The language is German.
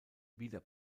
wieder